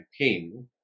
campaign